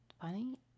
funny